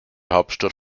hauptstadt